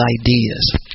ideas